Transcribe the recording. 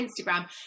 Instagram